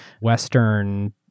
Western